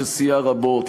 שסייע רבות,